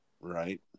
Right